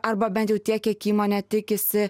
arba bent jau tiek kiek įmonė tikisi